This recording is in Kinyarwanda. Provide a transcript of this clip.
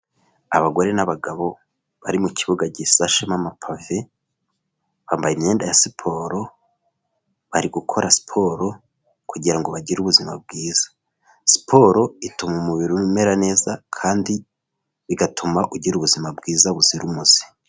Abagore n'abagabo bari mu kibuga gisashemo amapave, bambaye imyenda ya siporo, bari gukora siporo kugira ngo bagire ubuzima bwiza. Siporo ituma umubiri umera neza kandi igatuma ugira ubuzima bwiza buzira umuze.